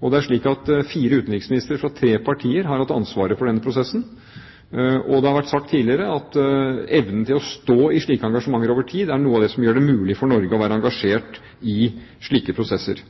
Det er slik at fire utenriksministre fra tre partier har hatt ansvaret for denne prosessen, og det har vært sagt tidligere at evnen til å stå i slike engasjementer over tid er noe av det som gjør det mulig for Norge å være engasjert i slike prosesser.